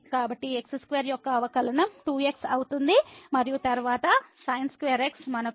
కాబట్టి x2 యొక్క అవకలనం 2x అవుతుంది మరియు తరువాత sin2x మనకు 2sinx cosx ఇస్తుంది